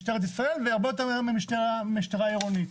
משטרת ישראל והרבה יותר מהמשטרה העירונית.